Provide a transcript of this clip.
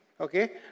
Okay